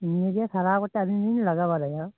ᱱᱤᱭᱟᱹᱜᱮ ᱥᱟᱨᱟᱣ ᱠᱟᱛᱮ ᱟᱞᱤᱧ ᱞᱤᱧ ᱞᱟᱜᱟ ᱵᱟᱲᱟᱭᱟ